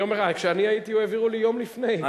כשאני הייתי העבירו לי יום לפני.